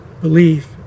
Believe